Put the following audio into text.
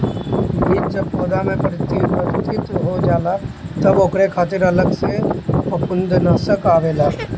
बीज जब पौधा में परिवर्तित हो जाला तब ओकरे खातिर अलग से फंफूदनाशक आवेला